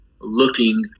looking